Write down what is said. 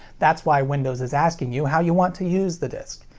that's why windows is asking you how you want to use the disc.